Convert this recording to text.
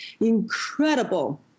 incredible